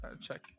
Check